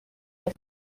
with